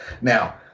now